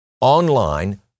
online